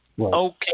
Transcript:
Okay